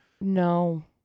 No